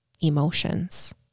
emotions